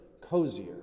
cozier